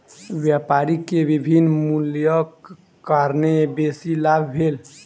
व्यापारी के विभिन्न मूल्यक कारणेँ बेसी लाभ भेल